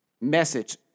message